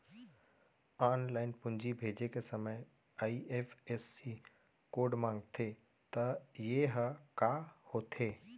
Online पूंजी भेजे के समय आई.एफ.एस.सी कोड माँगथे त ये ह का होथे?